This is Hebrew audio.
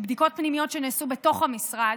בדיקות פנימיות שנעשו בתוך המשרד,